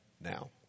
Now